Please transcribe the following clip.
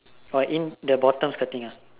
uh in the bottom skirting ah